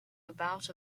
about